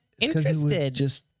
interested